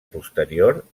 posterior